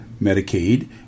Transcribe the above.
Medicaid